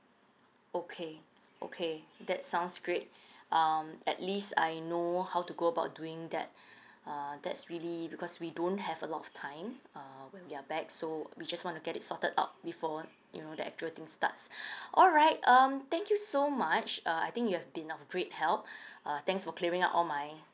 okay okay that sounds great um at least I know how to go about doing that uh that's really because we don't have a lot of time uh when we are back so we just wanna get it sorted out before you know the actual thing starts all right um thank you so much uh I think you have been of great help uh thanks for clearing up all my